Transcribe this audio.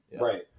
Right